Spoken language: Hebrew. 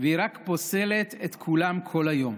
והיא רק פוסלת את כולם כל היום.